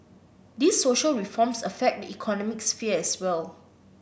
these social reforms affect the economic sphere as well